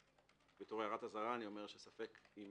כהערת אזהרה, אני אומר שספק אם